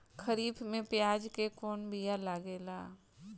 खरीफ में प्याज के कौन बीया लागेला?